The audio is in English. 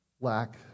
lack